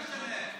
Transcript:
זה כן משנה.